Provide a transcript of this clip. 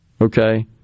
Okay